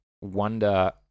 wonder